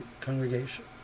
Congregation